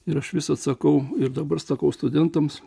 ir aš visad sakau ir dabar sakau studentams